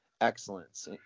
excellence